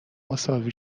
مساوی